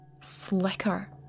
slicker